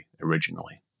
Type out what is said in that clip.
originally